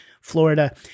Florida